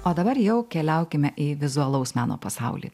o dabar jau keliaukime į vizualaus meno pasaulį